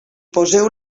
poseu